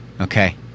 Okay